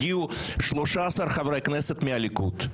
הגיעו 13 חברי כנסת מהליכוד,